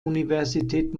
universität